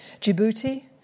Djibouti